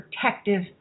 protective